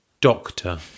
Doctor